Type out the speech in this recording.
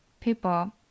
people